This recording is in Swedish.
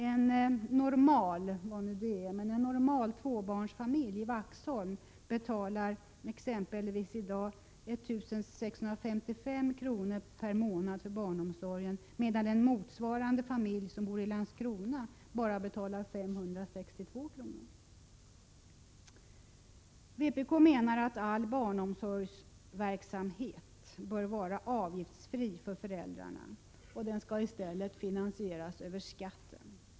En ”normal” tvåbarnsfamilj i Vaxholm exempelvis betalar i dag 1 655 kr. per månad för barnomsorgen, medan en motsvarande familj i Landskrona bara betalar 562 kr. Vi i vpk menar att all barnomsorgsverksamhet bör vara avgiftsfri för föräldrarna. I stället skall den finansieras via skatten.